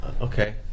okay